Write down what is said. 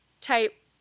type